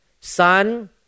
Son